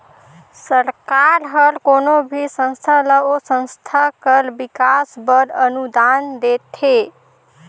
सरकार हर कोनो भी संस्था ल ओ संस्था कर बिकास बर अनुदान देथे